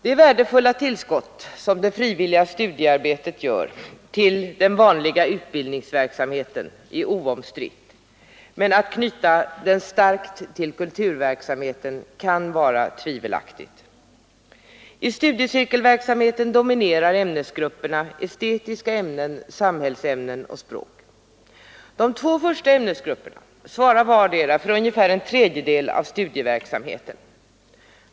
Det värdefulla tillskott till den vanliga utbildningsverksamheten som det frivilliga studiearbetet utgör är oomstritt. Men att knyta det starkt till kulturverksamheten kan vara tvivelaktigt. I studiecirkelverksamheten dominerar estetiska ämnen, samhällsämnen och språk. De två förstnämnda ämnesgrupperna svarar vardera för ungefär en tredjedel av studieverksamheten.